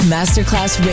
Masterclass